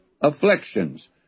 afflictions